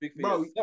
bro